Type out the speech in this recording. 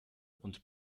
und